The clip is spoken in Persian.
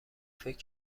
فکر